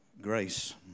grace